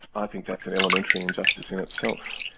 i think that's an elementary injustice in itself.